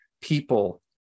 people